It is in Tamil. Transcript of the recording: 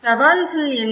சவால்கள் என்ன